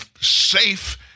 safe